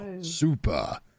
Super